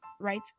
right